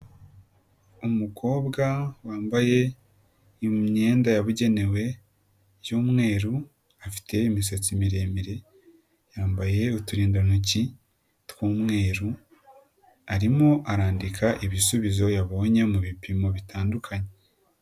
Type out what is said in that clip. Umukobwa wambaye imyenda yabugenewe y'umweru, afite imisatsi miremire, yambaye uturindantoki tw'umweru, arimo arandika ibisubizo yabonye mu bipimo bitandukanye.